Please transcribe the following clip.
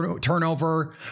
turnover